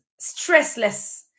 stressless